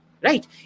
Right